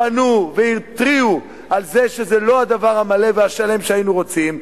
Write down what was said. פנו והתריעו שזה לא הדבר המלא והשלם שהיינו רוצים.